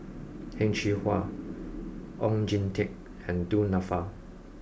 Heng Cheng Hwa Oon Jin Teik and Du Nanfa